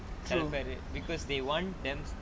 because they want them